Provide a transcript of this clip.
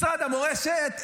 משרד המורשת,